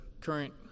current